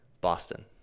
Boston